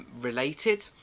related